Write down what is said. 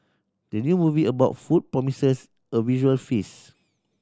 the new movie about food promises a visual feast